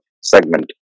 segment